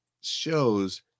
shows